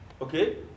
Okay